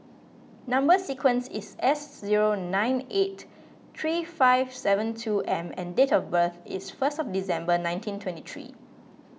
Number Sequence is S zero nine eight three five seven two M and date of birth is first of December nineteen twenty three